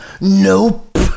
Nope